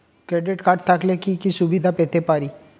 Credit card থাকলে কি কি সুবিধা পেতে পারি?